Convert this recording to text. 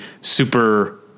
super